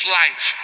life